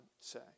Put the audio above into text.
say